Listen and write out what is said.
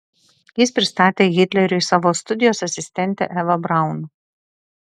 jis pristatė hitleriui savo studijos asistentę evą braun